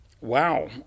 wow